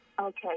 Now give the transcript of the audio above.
Okay